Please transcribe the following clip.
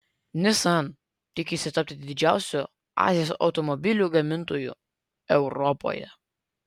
nissan tikisi tapti didžiausiu azijos automobilių gamintoju europoje